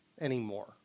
anymore